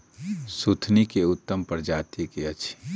सुथनी केँ उत्तम प्रजाति केँ अछि?